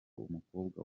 umukobwa